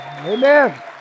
Amen